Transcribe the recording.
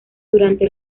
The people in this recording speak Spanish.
durante